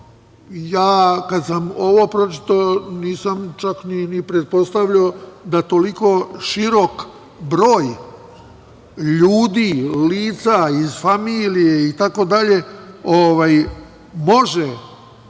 ja kad sam ovo pročitao, nisam čak ni pretpostavljao da toliko širok broj ljudi lica iz familije itd. može